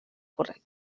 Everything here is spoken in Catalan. correcta